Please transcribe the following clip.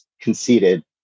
conceded